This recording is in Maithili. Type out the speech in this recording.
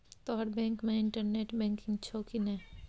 तोहर बैंक मे इंटरनेट बैंकिंग छौ कि नै